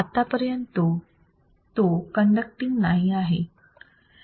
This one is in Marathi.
आत्तापर्यंत तो कण्डक्टींग नाही आहे